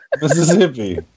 Mississippi